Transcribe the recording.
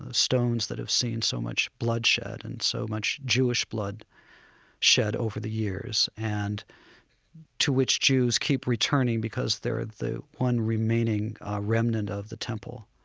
stones that have seen so much bloodshed and so much jewish blood shed over the years and to which jews keep returning because they're the one remaining remnant of the temple.